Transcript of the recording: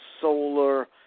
solar